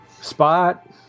Spot